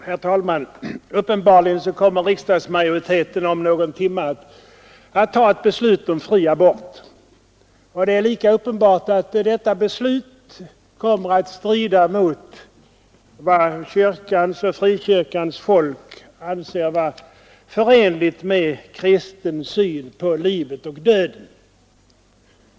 Herr talman! Uppenbarligen kommer riksdagsmajoriteten om någon timme att fatta ett beslut om fri abort. Det är lika uppenbart att detta beslut kommer att strida mot vad kyrkans och frikyrkåns folk anser vara förenligt med kristen syn på livet och döden.